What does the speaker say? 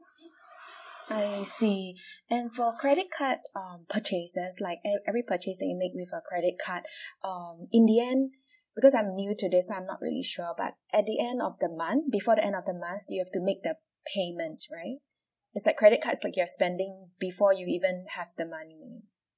I see and for credit card um purchases like ev~ every purchase that you make with a credit card um in the end because I'm new to this so I'm not really sure but at the end of the month before the end of the month you have to make the payments right it's like credit card it's like you've spending before you even have the money